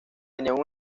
tenían